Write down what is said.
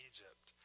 Egypt